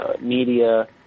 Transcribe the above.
media